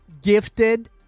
Gifted